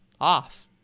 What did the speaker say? off